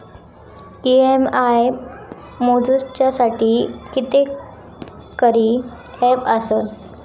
EMI मोजुच्यासाठी कितकेतरी app आसत